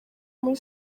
muri